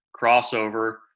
crossover